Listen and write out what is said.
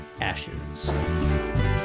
Ashes